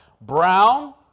brown